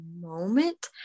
moment